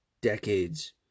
decades